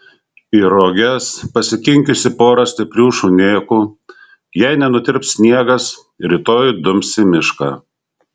į roges pasikinkiusi porą stiprių šunėkų jei nenutirps sniegas rytoj dums į mišką